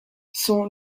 son